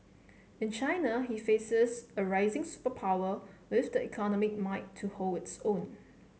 in China he faces a rising superpower with the economic might to hold its own